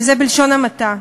וזה בלשון המעטה.